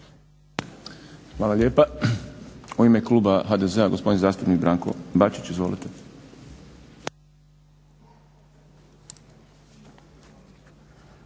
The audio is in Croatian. Hvala lijepa. U ime kluba HDZ-a gospodin zastupnik Branko Bačić. Izvolite.